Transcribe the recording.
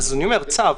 אז אני אומר, צו.